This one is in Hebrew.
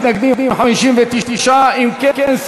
מתנגדים 59. אם כן,